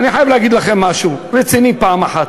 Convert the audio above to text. אני חייב להגיד לכם משהו רציני פעם אחת.